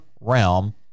realm